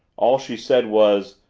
all she said was,